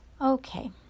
Okay